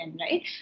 right